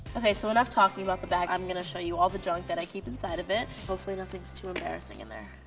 ok so enough talking about the bag, i'm going to show you all the junk that i keep inside of it. hopefully nothing's too embarrassing in there.